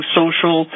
social